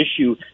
issue